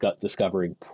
discovering